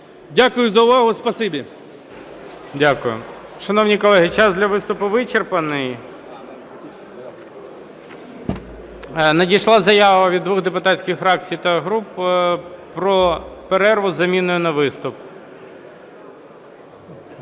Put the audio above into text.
Дякую за увагу.